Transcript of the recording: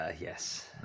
yes